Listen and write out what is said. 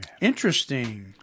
Interesting